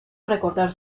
recordar